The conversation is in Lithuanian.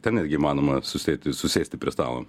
ten netgi įmanoma susieiti susėsti prie stalo